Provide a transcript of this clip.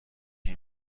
این